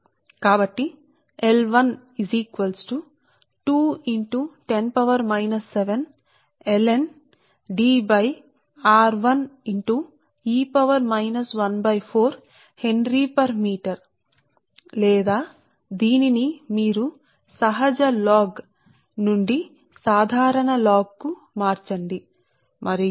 కాబట్టి ఈ పదాన్ని మేము 2 into 10 to the power minus 7 ln D r1 x e to the power minus 14 henry metre గా వ్రాసాము లేదా ఇది మీరు సహజ లాగ్ 'ln' నుండి సాధారణ లాగ్ కు మార్చండి ఇది మీటరు పర్ హెన్రీ